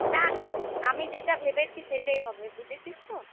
না না আমি যেটা ভেবেছি সেটাই হবে বুঝেছিস তো